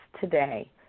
today